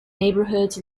neighborhoods